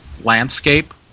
landscape